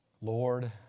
Lord